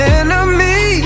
enemy